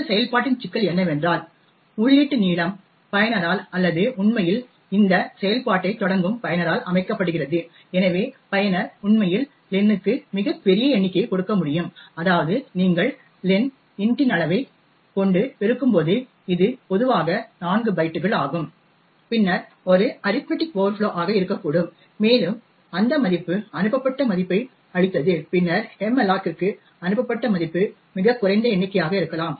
இந்த செயல்பாட்டின் சிக்கல் என்னவென்றால் உள்ளீட்டு நீளம் பயனரால் அல்லது உண்மையில் இந்த செயல்பாட்டைத் தொடங்கும் பயனரால் அமைக்கப்படுகிறது எனவே பயனர் உண்மையில் லெனுக்கு மிகப் பெரிய எண்ணிக்கையை கொடுக்க முடியும் அதாவது நீங்கள் லென் இன்ட் இன் அளவைக் கொண்டு பெருக்கும்போது இது பொதுவாக 4 பைட்டுகள் ஆகும் பின்னர் ஒரு அரித்மடிக் ஓவர்ஃப்ளோ ஆக இருக்கக்கூடும் மேலும் அந்த மதிப்பு அனுப்பப்பட்ட மதிப்பை அளித்தது பின்னர் மல்லோக்கிற்கு அனுப்பப்பட்ட மதிப்பு மிகக் குறைந்த எண்ணிக்கையாக இருக்கலாம்